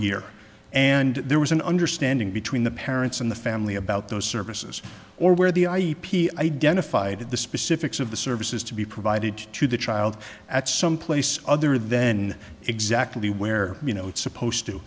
year and there was an understanding between the parents and the family about those services or where the i e p identified the specifics of the services to be provided to the child at someplace other then exactly where you know it's supposed to